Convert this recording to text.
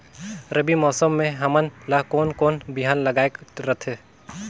रबी मौसम मे हमन ला कोन कोन बिहान लगायेक रथे?